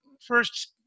first